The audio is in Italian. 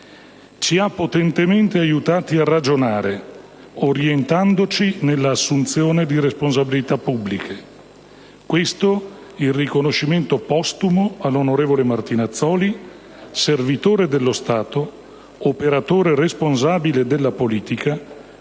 Ci ha potentemente aiutati a ragionare, orientandoci nella assunzione di responsabilità pubbliche: questo il riconoscimento postumo all'onorevole Martinazzoli, servitore dello Stato, operatore responsabile della politica,